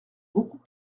beaucoup